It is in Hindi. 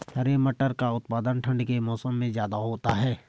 हरे मटर का उत्पादन ठंड के मौसम में ज्यादा होता है